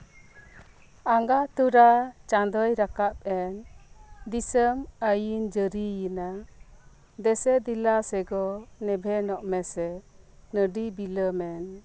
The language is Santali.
ᱟᱸᱜᱟ ᱛᱚᱨᱟ ᱪᱟᱸᱫᱚᱭ ᱨᱟᱠᱟᱵ ᱮᱱ ᱫᱤᱥᱚᱢ ᱟᱹᱨᱤ ᱡᱟᱹᱨᱤᱭᱮᱱᱟ ᱫᱮᱥᱮ ᱫᱮᱞᱟ ᱥᱮᱜᱚ ᱮᱵᱷᱮᱱᱚᱜ ᱢᱮᱥᱮ ᱟᱹᱰᱤ ᱵᱤᱞᱚᱢᱮᱱ